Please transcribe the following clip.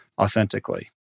authentically